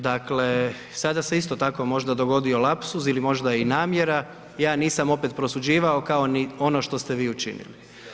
Dakle, sada se isto tako možda dogodio lapsus ili možda i namjera, ja nisam opet prosuđivao, kao ni ono što ste vi učinili.